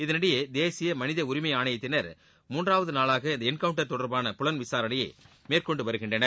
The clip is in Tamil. இதனிடையே தேசிய மனித உரிமை ஆணையத்தினர் மூன்றாவது நாளாக இந்த என்கவுன்டர் தொடர்பான புலன் விசாரணையை மேற்கொண்டு வருகின்றனர்